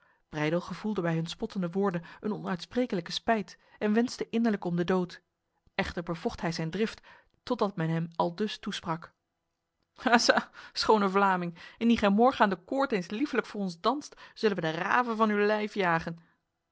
gevoelde bij hun spottende woorden een onuitsprekelijke spijt en wenste innerlijk om de dood echter bevocht hij zijn drift totdat men hem aldus toesprak ha sa schone vlaming indien gij morgen aan de koord eens liefelijk voor ons danst zullen wij de raven van uw lijf jagen